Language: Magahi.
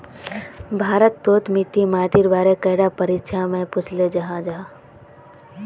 भारत तोत मिट्टी माटिर बारे कैडा परीक्षा में पुछोहो जाहा जाहा?